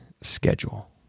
schedule